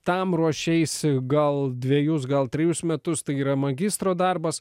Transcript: tam ruošeisi gal dvejus gal trejus metus tai yra magistro darbas